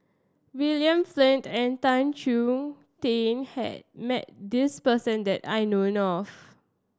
William Flint and Tan Chong Tee has met this person that I know of